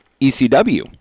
ECW